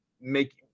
make